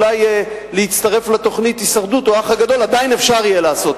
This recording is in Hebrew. אולי להצטרף לתוכנית "הישרדות" או "האח הגדול" עדיין יהיה אפשר לעשות.